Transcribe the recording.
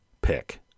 pick